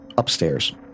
Upstairs